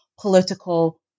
political